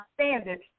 standard